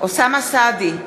אוסאמה סעדי,